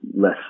less